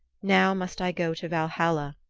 now must i go to valhalla,